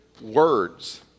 words